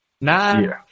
Nine